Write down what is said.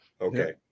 Okay